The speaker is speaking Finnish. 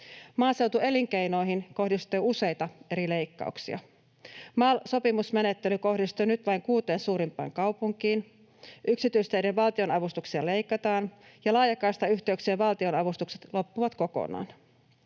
Maaseutuelinkeinoihin kohdistuu useita eri leikkauksia. MAL-sopimusmenettely kohdistuu nyt vain kuuteen suurimpaan kaupunkiin. Yksityisteiden valtionavustuksia leikataan, ja laajakaistayhteyksien valtionavustukset loppuvat kokonaan.